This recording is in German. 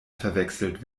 verwechselt